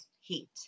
heat